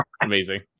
Amazing